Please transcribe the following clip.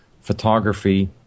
Photography